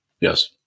Yes